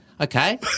Okay